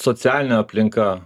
socialinė aplinka